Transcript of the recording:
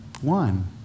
One